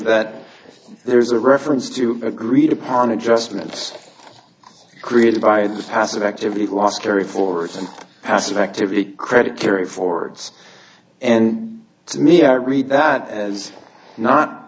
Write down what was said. that there's a reference to agreed upon adjustments created by the passive activity loss carryforwards and passive activity credit carryforwards and to me i read that as not